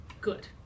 good